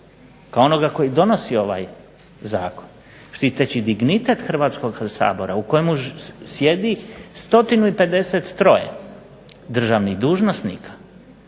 kao onoga koji donosi ovaj zakon, štiteći dignitet Hrvatskog sabora u kojemu sjedi 153 državnih dužnosnika,